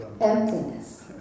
emptiness